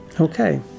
Okay